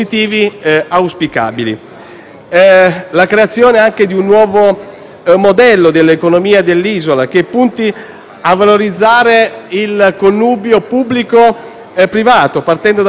La creazione di un nuovo modello dell'economia dell'isola che punti a valorizzare il connubio pubblico-privato, partendo da quelle che sono le potenzialità